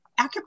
acupuncture